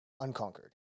unconquered